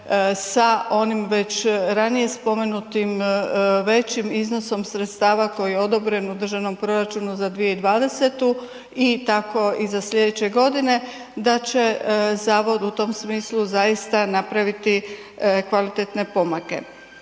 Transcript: sa onim već ranije spomenutim većim iznosom sredstava koji je odobren u državnom proračunu za 2020. i tako i za sljedeće godine, da će zavod u tom smislu zaista napraviti kvalitetne pomake.